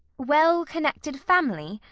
well-connected family